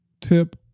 tip